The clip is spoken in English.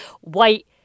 white